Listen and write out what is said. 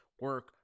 Work